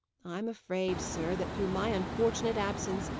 i'm afraid, sir, that, through my unfortunate absence,